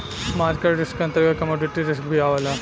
market risk के अंतर्गत commodity risk भी आवेला